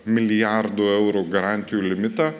milijardų eurų garantijų limitą